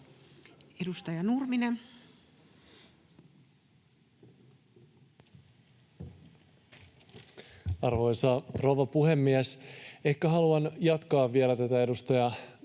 18:10 Content: Arvoisa rouva puhemies! Ehkä haluan jatkaa vielä tätä edustaja